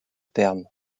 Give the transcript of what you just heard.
perm